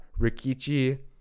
Rikichi